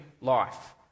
life